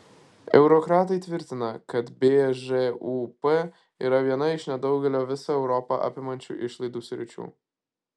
eurokratai tvirtina kad bžūp yra viena iš nedaugelio visą europą apimančių išlaidų sričių